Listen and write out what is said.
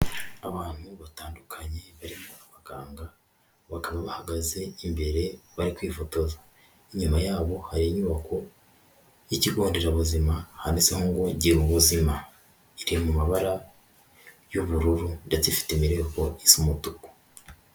Abantu batandukanye barimo abaganga bakaba bahagaze imbere bari kwifotoza, inyuma yabo hari inyubako y'ikigo nderabuzima, handitseho ngo girubuzima, iri mu mabara y'ubururu ndetse ifite imireko isa umutuku.